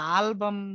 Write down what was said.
album